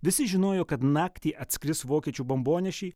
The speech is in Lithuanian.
visi žinojo kad naktį atskris vokiečių bombonešiai